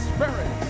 Spirit